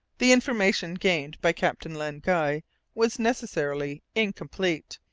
the information gained by captain len guy was necessarily incomplete,